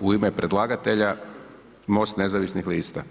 u ime predlagatelja MOST nezavisnih lista.